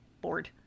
bored